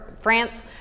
France